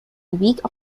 weak